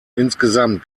insgesamt